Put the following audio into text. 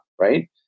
right